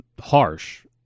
harsh